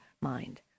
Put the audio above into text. mind